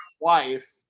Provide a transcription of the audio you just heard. wife